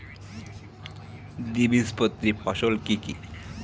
দ্বিবীজপত্রী ফসল কি কি?